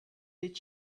did